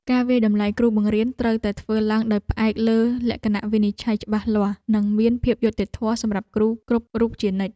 ការវាយតម្លៃគ្រូបង្រៀនត្រូវតែធ្វើឡើងដោយផ្អែកលើលក្ខណៈវិនិច្ឆ័យច្បាស់លាស់និងមានភាពយុត្តិធម៌សម្រាប់គ្រូគ្រប់រូបជានិច្ច។